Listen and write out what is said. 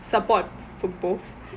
support for both